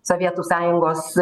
sovietų sąjungos